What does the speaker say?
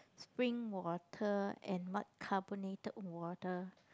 spring water and what carbonated water